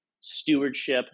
stewardship